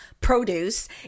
produce